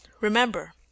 Remember